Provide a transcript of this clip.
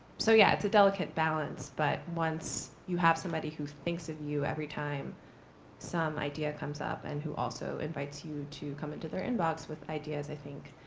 so yeah, it's a delicate balance, but once you have somebody who thinks of you every time some idea comes up and who also invites you to come into their inbox with ideas, i think,